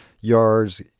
yards